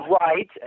Right